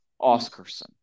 Oscarson